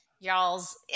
y'all's